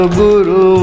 guru